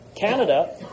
Canada